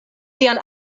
sian